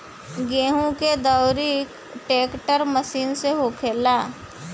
गेहूं के दउरी ट्रेक्टर मशीन से होखेला